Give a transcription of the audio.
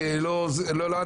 אדון אדם טבע ודין,